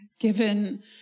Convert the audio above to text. given